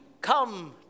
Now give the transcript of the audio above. come